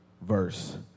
verse